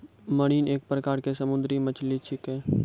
marine एक प्रकार के समुद्री मछली छेकै